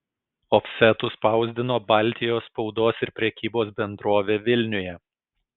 ofsetu spausdino baltijos spaudos ir prekybos bendrovė vilniuje